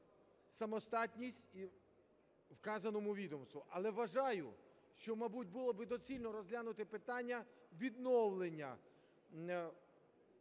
самодостатність вказаному відомству. Але вважаю, що, мабуть, було б доцільно розглянути питання відновлення